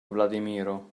vladimiro